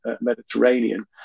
Mediterranean